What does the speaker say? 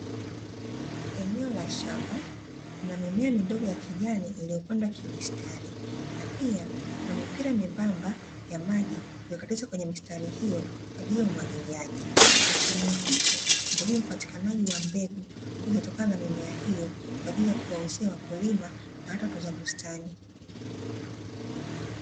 Eneo la shamba, kuna mimea midogo ya kijani iliyoandwa kimistari, na pia kuna mipira membamba ya maji, iliyokatiza kwenye mistari hiyo kwa ajili ya umwagiliaji. Na kilimo hichi ni kwa ajili ya upatikanaji wa mbegu, ambazo zinatokana na mimea hiyo, kwa ajili ya kuwauzia wakulima na hata watunza bustani.